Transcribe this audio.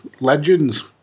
legends